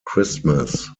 christmas